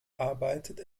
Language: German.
arbeitet